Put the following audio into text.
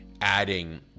adding